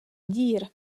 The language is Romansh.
dir